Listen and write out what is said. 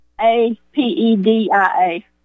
A-P-E-D-I-A